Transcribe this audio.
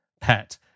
pet